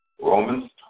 Romans